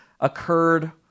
occurred